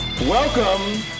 Welcome